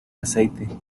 aceite